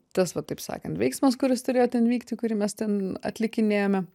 tas va taip sakant veiksmas kuris turėjo ten vykti kurį mes ten atlikinėjome